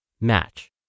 match